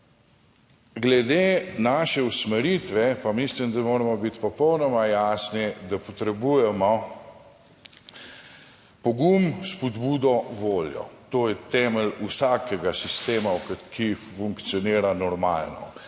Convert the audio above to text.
glede naše usmeritve pa mislim, da moramo biti popolnoma jasni, da potrebujemo pogum, spodbudo, voljo, to je temelj vsakega sistema, ki **75.